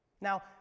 now